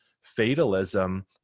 fatalism